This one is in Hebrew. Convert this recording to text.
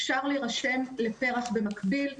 אפשר להירשם לפר"ח במקביל,